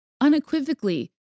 unequivocally